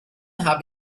habe